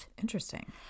Interesting